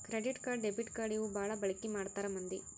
credit card debit card ಇವು ಬಾಳ ಬಳಿಕಿ ಮಾಡ್ತಾರ ಮಂದಿ